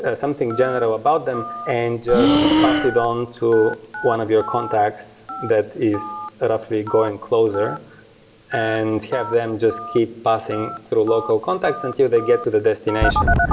ah something general about them and just pass it on to one of your contacts that is roughly going closer and have them just keep passing through local contacts and until they get to the destination.